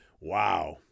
Wow